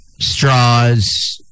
straws